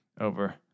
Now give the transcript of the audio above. over